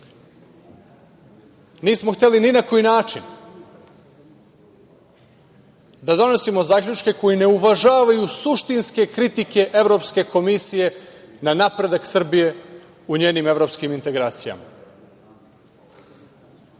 hteli ni na koji način da donosimo zaključke koji ne uvažavaju suštinske kritike Evropske komisije na napredak Srbije u njenim evropskim integracijama.